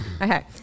Okay